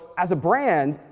as a brand,